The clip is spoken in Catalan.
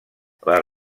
les